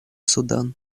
судан